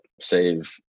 save